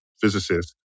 physicist